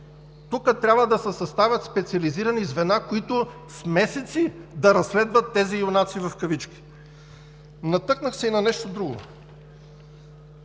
Тук трябва да се съставят специализирани звена, които с месеци да разследват тези „юнаци“. Натъкнах се и на нещо друго